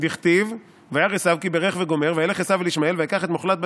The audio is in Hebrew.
דכתיב 'וירא עשו כי ברך' וגו' וילך עשו אל ישמעאל ויקח את מחלת בת